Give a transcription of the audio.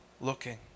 looking